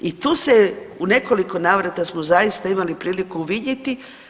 I tu se u nekoliko navrata smo zaista imali priliku vidjeti.